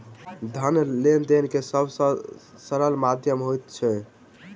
धन लेन देन के सब से सरल माध्यम होइत अछि